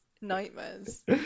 nightmares